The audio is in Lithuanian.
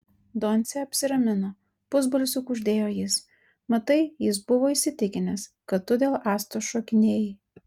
doncė apsiramino pusbalsiu kuždėjo jis matai jis buvo įsitikinęs kad tu dėl astos šokinėjai